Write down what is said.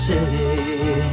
City